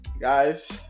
guys